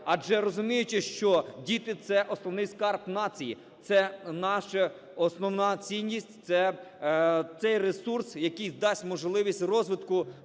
адже розуміючи, що діти – це основний скарб нації, це наша основна цінність, це цей ресурс, який дасть можливість розвитку